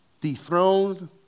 dethroned